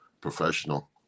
professional